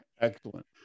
Excellent